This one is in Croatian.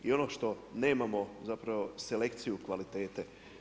I ono što nemamo zapravo selekciju kvalitete.